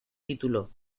título